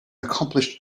accomplished